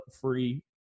free